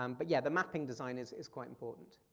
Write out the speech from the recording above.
um but yeah, the mapping design is is quite important.